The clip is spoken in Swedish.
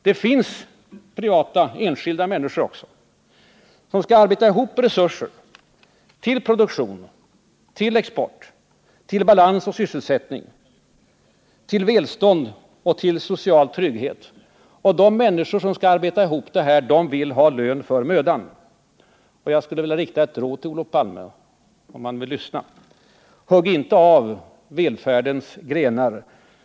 Det finns enskilda människor också, som skall arbeta ihop resurser till produktionen, till export, till balans och sysselsättning, till välstånd och till social trygghet. De vill ha lön för mödan. Jag skulle vilja rikta ett råd till Olof Palme, om han vill lyssna: Hugg inte av välfärdens grenar.